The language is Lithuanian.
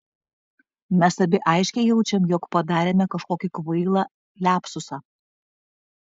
mes abi aiškiai jaučiam jog padarėme kažkokį kvailą liapsusą